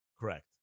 Correct